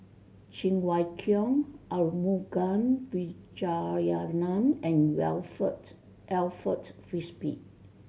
Cheng Wai Keung Arumugam Vijiaratnam and Alfred Frisby